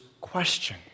question